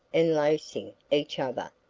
enlacing each other,